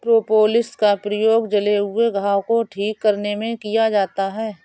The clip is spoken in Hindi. प्रोपोलिस का प्रयोग जले हुए घाव को ठीक करने में किया जाता है